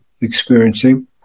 experiencing